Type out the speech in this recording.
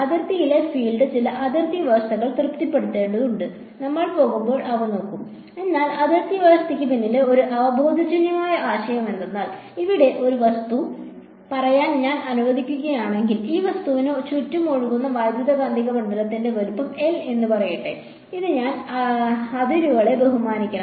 അതിർത്തിയിലെ ഫീൽഡ് ചില അതിർത്തി വ്യവസ്ഥകൾ തൃപ്തിപ്പെടുത്തേണ്ടതുണ്ട് നമ്മൽ പോകുമ്പോൾ അവ നോക്കും എന്നാൽ അതിർത്തി വ്യവസ്ഥയ്ക്ക് പിന്നിലെ ഒരു അവബോധജന്യമായ ആശയം എന്തെന്നാൽ ഇവിടെ ഒരു വസ്തു പറയാൻ ഞാൻ അനുവദിക്കുകയാണെങ്കിൽ ഈ വസ്തുവിന് ചുറ്റും ഒഴുകുന്ന വൈദ്യുതകാന്തിക മണ്ഡലത്തിന്റെ വലുപ്പം L എന്ന് പറയട്ടെ അത് ഈ അതിരുകളെ ബഹുമാനിക്കണം